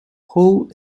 hoo